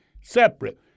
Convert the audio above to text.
separate